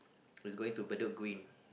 was going to Bedok Green